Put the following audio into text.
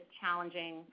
challenging